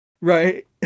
Right